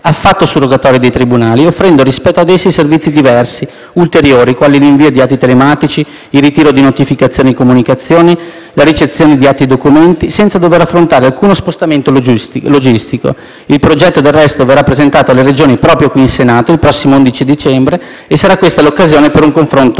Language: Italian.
affatto surrogatori dei tribunali, offrendo rispetto ad essi servizi diversi e ulteriori, quali l'invio di dati telematici, il ritiro di notificazioni e comunicazioni, la ricezione di atti e documenti, senza dover affrontare alcuno spostamento logistico. Il progetto, del resto, verrà presentato alle Regioni, proprio qui in Senato, il prossimo 11 dicembre e sarà questa l'occasione per un confronto